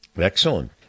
Excellent